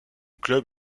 club